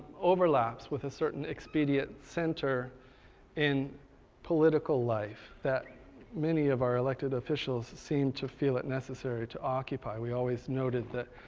overlaps with a certain expediate center in political life that many of our elected officials seem to feel it necessary to occupy. we always noted that